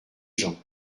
gens